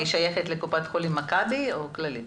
היא שייכת לקופת חולים מכבי או כללית?